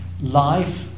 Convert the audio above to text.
life